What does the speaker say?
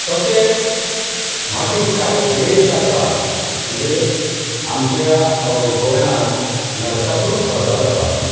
तशेंच मागीर कांय खेळ जे आसात म्हणजे आमच्या अं गोंयांत नरकासूर स्पर्धा जाता